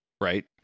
right